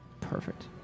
Perfect